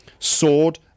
sword